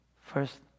first